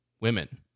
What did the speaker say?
women